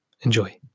Enjoy